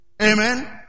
Amen